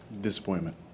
disappointment